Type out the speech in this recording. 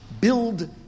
build